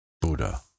BUDDHA